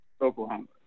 Oklahoma